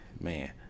Man